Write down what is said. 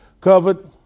Covered